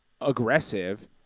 aggressive